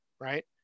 Right